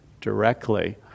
directly